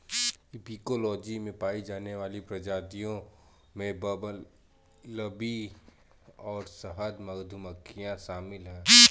apicology में पाई जाने वाली प्रजातियों में बंबलबी और शहद मधुमक्खियां शामिल हैं